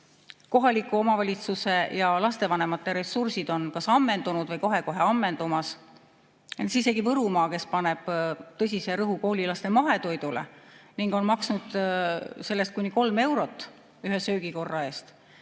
Kohaliku omavalitsuse ja lapsevanemate ressursid on ammendunud või kohe-kohe ammendumas. Isegi Võrumaa, kes paneb tõsise rõhu koolilaste mahetoidule ning on maksnud selle eest kuni kolm eurot ühe söögikorra kohta,